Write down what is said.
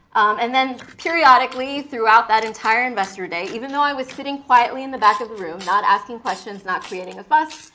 and then periodically, throughout that entire investor day, even though i was sitting quietly in the back of the room, not asking questions, not creating a fuss,